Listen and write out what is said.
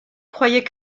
croyaient